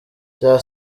cya